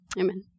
Amen